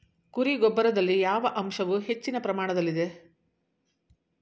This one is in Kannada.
ಕುರಿ ಗೊಬ್ಬರದಲ್ಲಿ ಯಾವ ಅಂಶವು ಹೆಚ್ಚಿನ ಪ್ರಮಾಣದಲ್ಲಿದೆ?